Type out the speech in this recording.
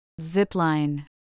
Zipline